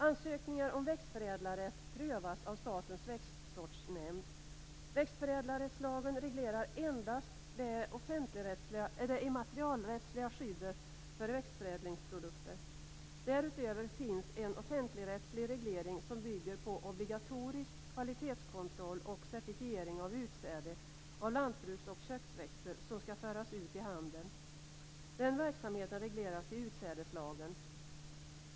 Ansökningar om växtförädlarrätt prövas av Statens växtsortnämnd. Växtförädlarrättslagen reglerar endast det immaterialrättsliga skyddet för växtförädlingsprodukter. Därutöver finns det en offentligrättslig reglering som bygger på obligatorisk kvalitetskontroll och certifiering av utsäde av lantbruks och köksväxter som skall föras ut i handeln. Den verksamheten regleras i utsädeslagen.